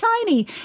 tiny